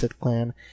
clan